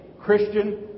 Christian